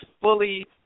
fully